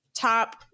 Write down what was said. top